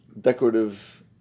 decorative